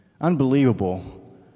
Unbelievable